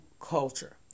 culture